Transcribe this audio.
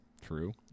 True